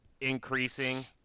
increasing